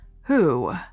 Who